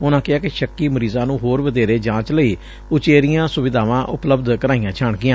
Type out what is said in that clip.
ਉਨਾਂ ਕਿਹਾ ਕਿ ਸ਼ੱ ਕੀ ਮਰੀ ਜ਼ਾਂ ਨੂੰ ਹੋਰ ਵਧੇਰੇ ਜਾਂਚ ਲਈ ਊਚੇਰੀਆਂ ਸੁਵਿਧਾਵਾਂ ਉਪਲਬਧ ਕਰਵਾਈਆਂ ਜਾਣਗੀਆਂ